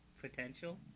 potential